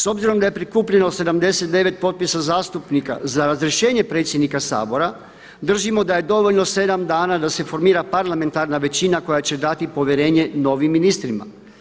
S obzirom da je prikupljeno 79 potpisa zastupnika za razrješenje predsjednika Sabora, držimo da je dovoljno 7 dana da se formira parlamentarna većina koja će dati povjerenje novim ministrima.